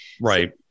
Right